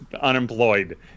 unemployed